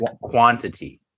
quantity